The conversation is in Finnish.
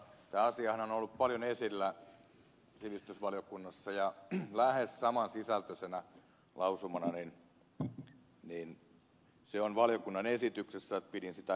tämä asiahan on ollut paljon esillä sivistysvaliokunnassa ja lähes saman sisältöisenä lausumana se on valiokunnan esityksessä joten pidin sitä riittävänä